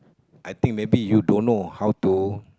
I think maybe you don't know how to